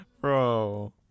Bro